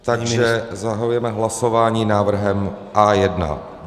Takže zahajujeme hlasování návrhem A1.